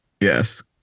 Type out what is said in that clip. Yes